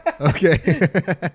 Okay